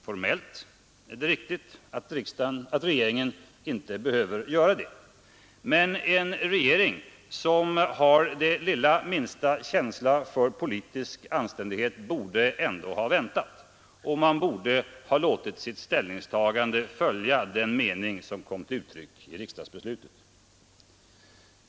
Formellt är det riktigt att regeringen inte behöver göra det, men en regering med den minsta lilla känsla för politisk anständighet borde ändå ha väntat — och borde ha låtit sitt ställningstagande följa den mening som kom till uttryck i riksdagsbeslutet.